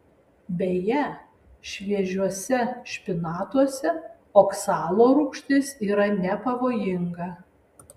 beje šviežiuose špinatuose oksalo rūgštis yra nepavojinga